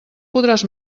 podràs